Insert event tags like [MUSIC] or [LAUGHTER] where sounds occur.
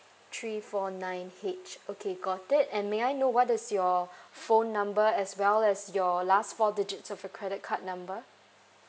three four nine H okay got it and may I know what is your [BREATH] phone number as well as your last four digits of your credit card number